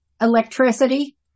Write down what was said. electricity